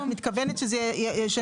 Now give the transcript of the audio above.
את מתכוונת שזה ישנה את סכום הגמלה?